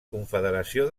confederació